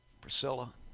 Priscilla